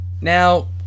now